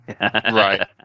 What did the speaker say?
Right